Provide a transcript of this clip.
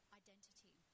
identity